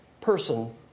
person